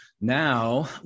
Now